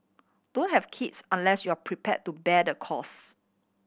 don't have kids unless you are prepare to bear the cost